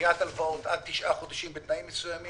דחיית הלוואות עד תשעה חודשים בתנאים מסוימים.